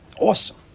awesome